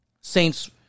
Saints